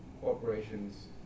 corporations